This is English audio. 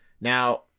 Now